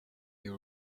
you